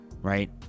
right